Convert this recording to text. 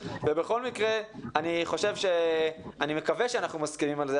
בכל מקרה - אני מקווה שאנחנו מסכימים על זה,